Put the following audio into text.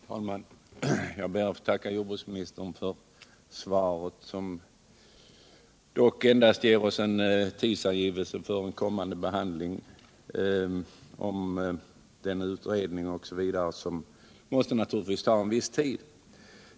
Herr talman! Jag ber att få tacka jordbruksministern för svaret, vilket dock endast ger oss en tidsangivelse osv. för kommande behandling av ärendet, som naturligtvis måste ta en viss tid.